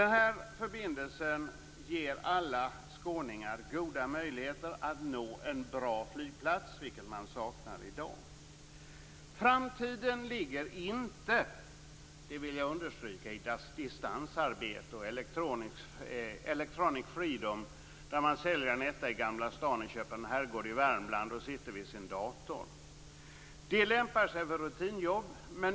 Den här förbindelsen ger alla skåningar goda möjligheter att nå en bra flygplats, något som man i dag saknar. Framtiden ligger inte i distansarbete och electronic freedom, innebärande att man säljer en enrumslägenhet i Gamla stan och köper en herrgård i Värmland för att där sitta vid sin dator. Distansarbete lämpar sig för rutinjobb.